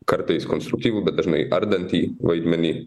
kartais konstruktyvų bet dažnai ardantį vaidmenį